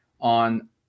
on